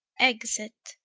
exit